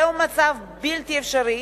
זה מצב בלתי אפשרי,